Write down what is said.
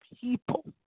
people